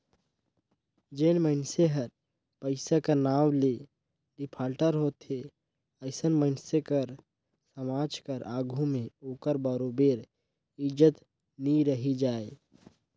जेन मइनसे हर पइसा कर नांव ले डिफाल्टर होथे अइसन मइनसे कर समाज कर आघु में ओकर बरोबेर इज्जत नी रहि जाए